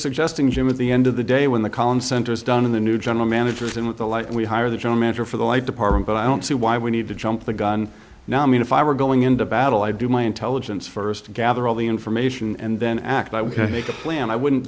suggesting jim at the end of the day when the column center is done in the new general managers and with the light we hire the general manager for the light department but i don't see why we need to jump the gun now i mean if i were going into battle i do my intelligence first to gather all the information and then act i would make a plan i wouldn't